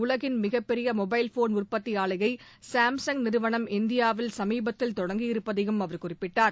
உலகின் மிகப்பெரியமொபைல் போன் உற்பத்திஆலையைசாம்சங் நிறுவனம் இந்தியாவில் சமீபத்தில் தொடங்கியிருப்பதையும் அவர் குறிப்பிட்டார்